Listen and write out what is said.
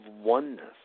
oneness